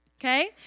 Okay